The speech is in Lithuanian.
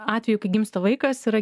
atvejų kai gimsta vaikas yra